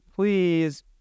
Please